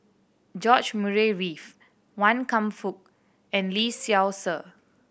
George Murray Reith Wan Kam Fook and Lee Seow Ser